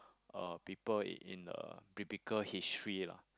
uh people in the biblical history lah